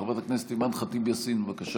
חברת הכנסת אימאן ח'טיב יאסין, בבקשה.